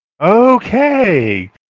Okay